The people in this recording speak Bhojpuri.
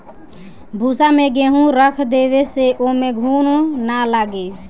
भूसा में गेंहू रख देवे से ओमे घुन ना लागे